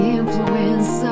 influence